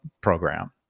program